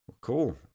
Cool